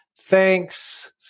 Thanks